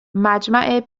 مجمع